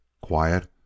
Quiet